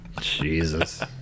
Jesus